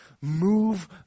move